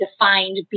defined